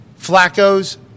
Flacco's